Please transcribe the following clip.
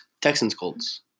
Texans-Colts